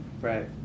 Right